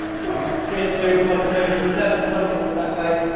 ah three three and a two plus two seven total to that guy.